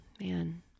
Man